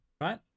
right